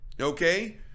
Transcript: okay